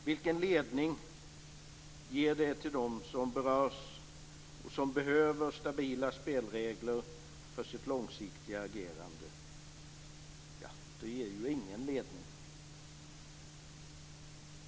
Vilken ledning ger det till dem som berörs och som behöver stabila spelregler för sitt långsiktiga agerande? Det ger ju ingen ledning!